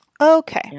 Okay